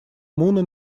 муна